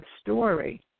story